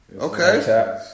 Okay